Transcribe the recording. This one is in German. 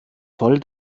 voll